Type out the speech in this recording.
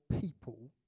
people